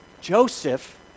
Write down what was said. Joseph